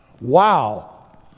wow